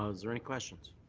ah is there any questions?